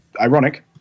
ironic